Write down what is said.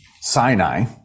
Sinai